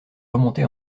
remonté